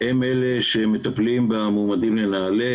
הם אלה שמטפלים במועמדים לנעל"ה,